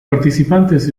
participantes